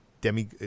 Demi